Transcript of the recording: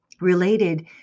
related